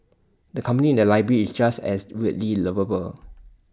the company in the library is just as weirdly lovable